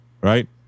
Right